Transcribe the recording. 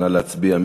נא להצביע.